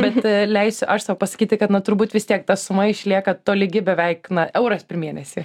bet leisiu aš sau pasakyti kad na turbūt vis tiek ta suma išlieka tolygi beveik na euras per mėnesį